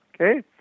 okay